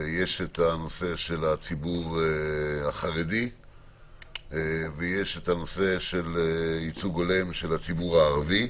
יש אוכלוסייה של ציבור חרדי ויש נושא של ייצוג הולם לציבור הערבי.